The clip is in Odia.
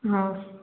ହଁ